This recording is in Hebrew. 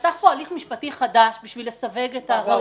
שייפתח פה הליך משפטי חדש בשביל לסווג את העבירה.